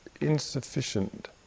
insufficient